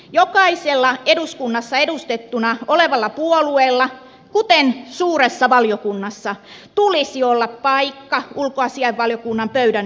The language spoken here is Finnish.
jokaisella eduskunnassa edustettuna olevalla puolueella kuten suuressa valiokunnassa tulisi olla paikka ulkoasianvaliokunnan pöydän ympärillä